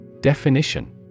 Definition